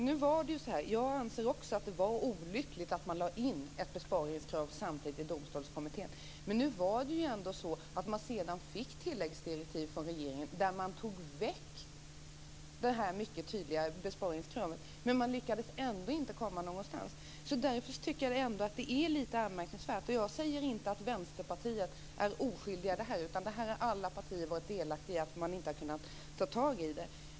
Herr talman! Också jag anser att det var olyckligt att man lade ett besparingskrav till Domstolskommitténs uppdrag. Men den fick sedan tilläggsdirektiv från regeringen där man tog bort det mycket tydliga besparingskravet. Men kommittén lyckades ändå inte komma någonstans. Det är lite anmärkningsvärt. Jag säger inte att Vänsterpartiet är oskyldigt. Alla partier har varit delaktiga i att man inte har kunnat ta tag i problemet.